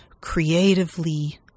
creatively